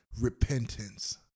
repentance